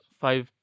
five